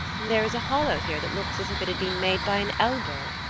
and there is a hollow here that looks as if it had been made by an elbow.